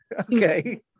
okay